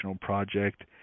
project